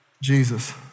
Jesus